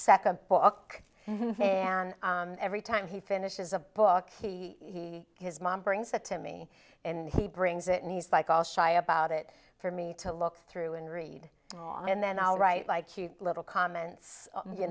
second book and every time he finishes a book he his mom brings that to me and he brings it and he's like all shy about it for me to look through and read and then i'll write like cute little comments you